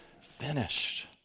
finished